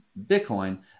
Bitcoin